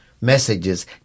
messages